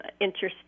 interesting